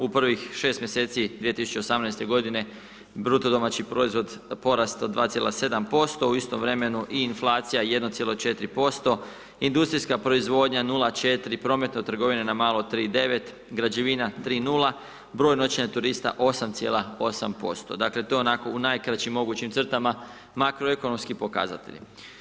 U prvih 6 mjeseci 2018. godine, bruto domaći proizvod porastao 2,7%, u istom vremenu i inflacija 1,4%, industrijska proizvodnja 0,4%, promet od trgovine na malo 3,9%, građevina 3,0%, broj noćenja turista 8,8%, dakle to je onako u najkraćim mogućim crtama makroekonomski pokazatelji.